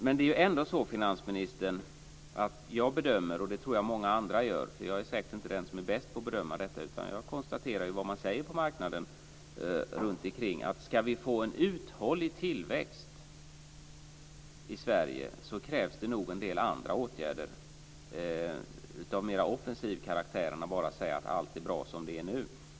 Men jag bedömer ändå - och det tror jag att även många andra gör; jag är säkert inte den som är bäst på att bedöma utan jag konstaterar vad man säger på marknaden - att om vi ska få en uthållig tillväxt i Sverige, krävs det nog en del åtgärder av mera offensiv karaktär. Man kan inte bara säga att allt är bra som det är nu.